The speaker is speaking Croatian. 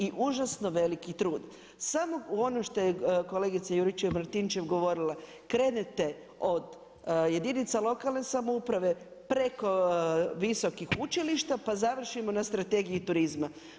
I užasno veliki trud, samo u ono što je kolegica Juričev-Martinčev govorila, krenete od jedinica lokalne samouprave preko visokih učilišta pa završimo na strategiji turizma.